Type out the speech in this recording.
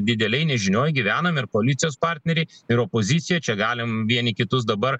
didelėj nežinioj gyvenam ir koalicijos partneriai ir opozicija čia galim vieni kitus dabar